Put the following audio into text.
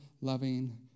loving